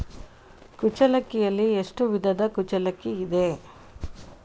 ಕುಚ್ಚಲಕ್ಕಿಯಲ್ಲಿ ಎಷ್ಟು ವಿಧದ ಕುಚ್ಚಲಕ್ಕಿ ಇದೆ?